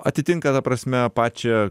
atitinka ta prasme pačią